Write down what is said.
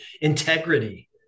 integrity